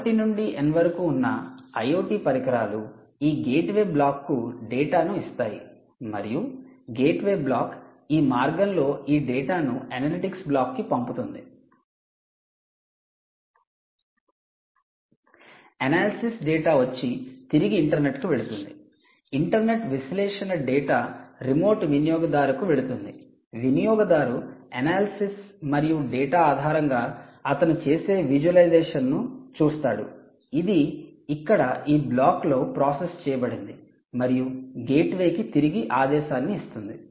ఇప్పుడు 1 నుండి n వరకు ఉన్న IoT పరికరాలు ఈ గేట్వే బ్లాక్కు డేటాను ఇస్తాయి మరియు గేట్వే బ్లాక్ ఈ మార్గంలో ఈ డేటాను అనలిటిక్స్ బ్లాక్కు పంపుతుంది అనాలిసిస్ డేటా వచ్చి తిరిగి ఇంటర్నెట్కు వెళుతుంది ఇంటర్నెట్ విశ్లేషణ డేటా రిమోట్ వినియోగదారుకు వెళుతుంది వినియోగదారు అనాలిసిస్ మరియు డేటా ఆధారంగా అతను చేసే విజువలైజేషన్ను చూస్తాడు ఇది ఇక్కడ ఈ బ్లాక్లో ప్రాసెస్ చేయబడింది మరియు గేట్వేకి తిరిగి ఆదేశాన్ని ఇస్తుంది